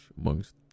amongst